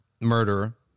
murderer